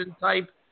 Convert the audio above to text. type